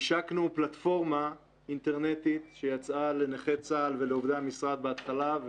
השקנו פלטפורמה אינטרנטית שיצאה לנכי צה"ל ולעובדי המשרד בהתחלה,